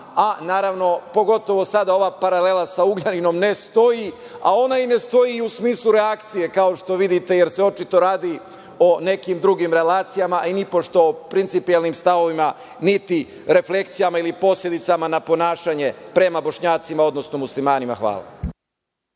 a naravno, pogotovo ova sada paralela sa Ugljaninom ne stoji, a ona i ne stoji u smislu reakcije, kao što vidite jer se očito radi o nekim drugim relacijama i nipošto principijelnim stavovima niti refleksijama niti posledicama na ponašanje prema Bošnjacima odnosno muslimanima. Hvala.